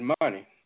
money